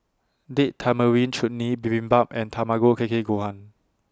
Date Tamarind Chutney Bibimbap and Tamago Kake Gohan